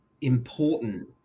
important